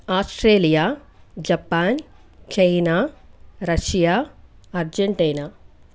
Australia Japan China Russia Argentina